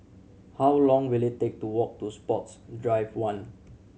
how long will it take to walk to Sports Drive One